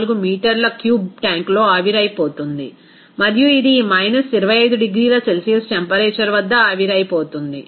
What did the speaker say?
0284 మీటర్ల క్యూబ్ ట్యాంక్లో ఆవిరైపోతుంది మరియు ఇది ఈ మైనస్ 25 డిగ్రీల సెల్సియస్ టెంపరేచర్ వద్ద ఆవిరైపోతుంది